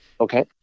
Okay